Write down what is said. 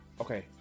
okay